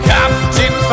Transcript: Captain